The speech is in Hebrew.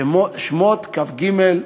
שמות כ"ג,